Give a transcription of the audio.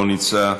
לא נמצא,